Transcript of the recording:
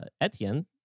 Etienne